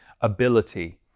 ability